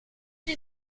die